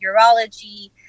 urology